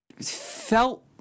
felt